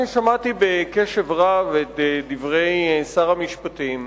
אני שמעתי בקשב רב את דברי שר המשפטים,